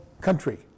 country